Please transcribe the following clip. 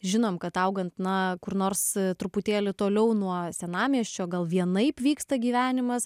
žinom kad augant na kur nors truputėlį toliau nuo senamiesčio gal vienaip vyksta gyvenimas